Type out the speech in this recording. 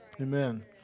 Amen